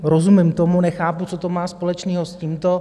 Rozumím tomu, nechápu, co má společného s tímto.